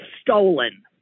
stolen